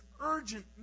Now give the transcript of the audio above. urgent